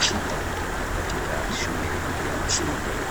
sita katika shule ya msingi.